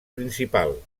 principal